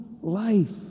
life